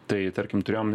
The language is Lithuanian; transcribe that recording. tai tarkim turėjom